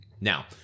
Now